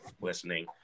listening